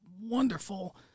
wonderful